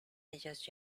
ellos